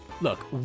Look